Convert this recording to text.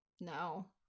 No